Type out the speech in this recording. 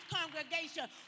congregation